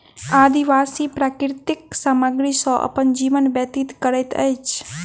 आदिवासी प्राकृतिक सामग्री सॅ अपन जीवन व्यतीत करैत अछि